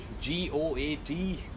G-O-A-T